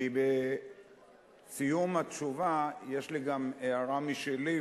כי בסיום התשובה יש לי גם הערה משלי,